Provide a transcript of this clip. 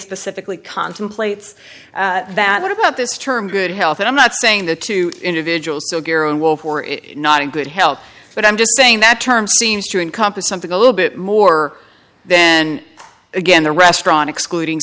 specifically contemplates that what about this term good health and i'm not saying the two individuals who are not in good health but i'm just saying that term seems to encompass something a little bit more then again the restaurant excluding